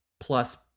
plus